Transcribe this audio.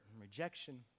rejection